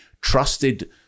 trusted